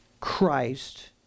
Christ